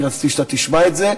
כי רציתי שאתה תשמע את זה: